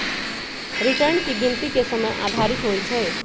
return की गिनति के समय आधारित होइ छइ